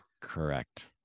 Correct